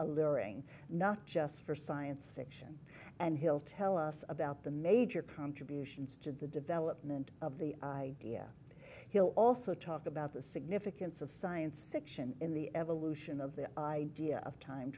alluring not just for science fiction and he'll tell us about the major contributions to the development of the idea he'll also talk about the significance of science fiction in the evolution of the idea of time